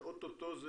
שאוטוטו זה